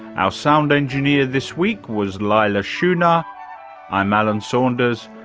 our sound engineer this week was leila schunnar, i'm alan saunders,